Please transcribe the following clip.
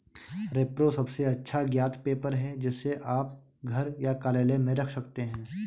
repro सबसे अच्छा ज्ञात पेपर है, जिसे आप घर या कार्यालय में रख सकते हैं